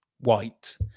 White